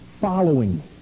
following